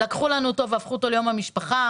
אבל לקחו והפכו אותו ליום המשפחה.